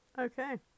Okay